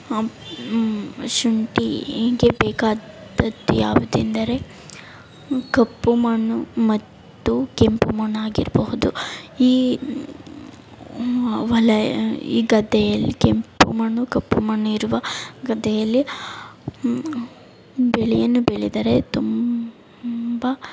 ಶುಂಠಿಗೆ ಬೇಕಾದದ್ದು ಯಾವುದೆಂದರೆ ಕಪ್ಪು ಮಣ್ಣು ಮತ್ತು ಕೆಂಪು ಮಣ್ಣು ಆಗಿರಬಹುದು ಈ ಹೊಲ ಈ ಗದ್ದೆಯಲ್ಲಿ ಕೆಂಪು ಮಣ್ಣು ಕಪ್ಪು ಮಣ್ಣು ಇರುವ ಗದ್ದೆಯಲ್ಲಿ ಬೆಳೆಯನ್ನು ಬೆಳೆದರೆ ತುಂಬ